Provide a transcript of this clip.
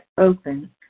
open